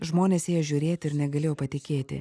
žmonės ėjo žiūrėti ir negalėjo patikėti